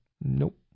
nope